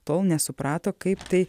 tol nesuprato kaip tai